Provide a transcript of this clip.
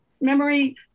Memory